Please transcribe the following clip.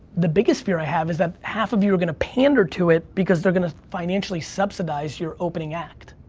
the biggest fear i have is that half of you are going to pander to it because they're going to financially subsidize your opening act.